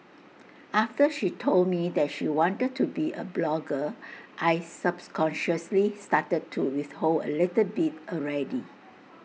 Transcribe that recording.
after she told me that she wanted to be A blogger I subs consciously started to withhold A little bit already